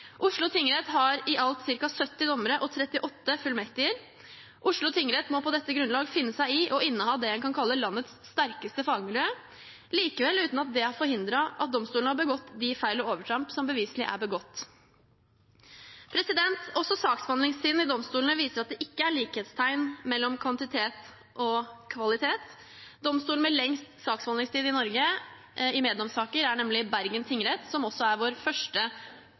Oslo tingrett har i alt ca. 70 dommere og 38 dommerfullmektiger. Oslo tingrett må på dette grunnlag finne seg i å inneha det en kan kalle «landets sterkeste fagmiljø»; likevel uten at dette har forhindret at domstolen har begått de feil og overtramp som beviselig er begått.» Også saksbehandlingstiden i domstolene viser at det ikke er likhetstegn mellom kvantitet og kvalitet. Domstolen med lengst saksbehandlingstid i Norge i meddomssaker er nemlig Bergen tingrett, som også er vår